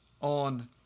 on